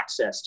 accessed